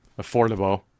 affordable